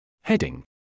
Heading